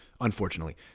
unfortunately